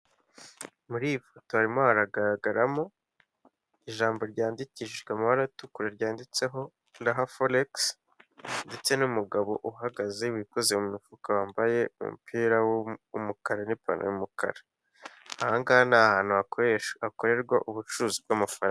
Muri iyi foto harimo haragaragaramo ijambo ryandikishijwe amabara atukura ryanditseho raha foregisi ndetse n'umugabo uhagaze wikoze mu mufuka, wambaye umupira w'umukara n'ipantaro y'umukara. Aha ngaha ni ahantu hakorerwa ubucuruzi bw'amafaranga.